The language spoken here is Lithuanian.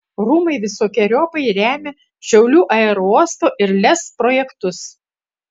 rūmai visokeriopai remia šiaulių aerouosto ir lez projektus